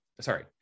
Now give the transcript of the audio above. sorry